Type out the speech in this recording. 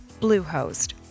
Bluehost